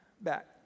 back